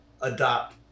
adopt